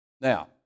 Now